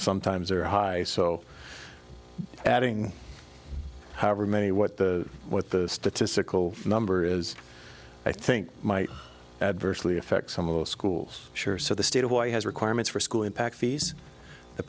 sometimes are high so adding however many what the what the statistical number is i think might adversely affect some of the schools sure so the state of y has requirements for school impact fees the